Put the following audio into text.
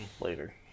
later